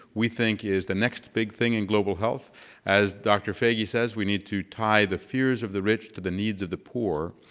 we think is the next big thing in global health as dr. foege says we need to tie the fears of the rich to the needs of the poor.